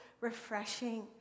refreshing